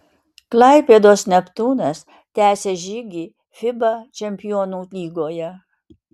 klaipėdos neptūnas tęsia žygį fiba čempionų lygoje